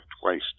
twice